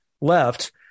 left